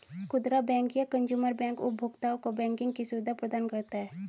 खुदरा बैंक या consumer bank उपभोक्ताओं को बैंकिंग की सुविधा प्रदान करता है